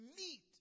meet